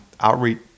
Outreach